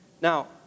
Now